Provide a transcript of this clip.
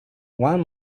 one